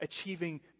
Achieving